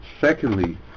Secondly